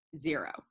zero